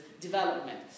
development